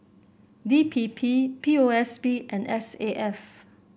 D P P P O S B and S A F